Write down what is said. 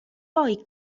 poi